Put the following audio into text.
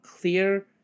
clear